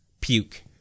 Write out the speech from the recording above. puke